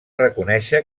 reconèixer